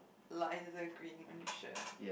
lighter green on his shirt